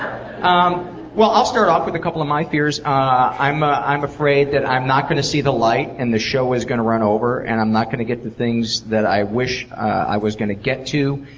um well, i'll start off with a couple of my fears. i'm ah i'm afraid that i'm not going to see the light and the show is going to run over, and i'm not gonna get the things that i wish that i was going to get to,